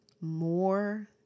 more